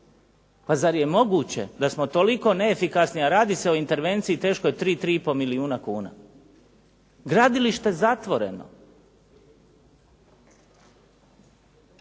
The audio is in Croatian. Pa zar je moguće da smo toliko neefikasni, a radi se o intervenciji teškoj 3, 3,5 milijuna kuna. Gradilište je zatvoreno.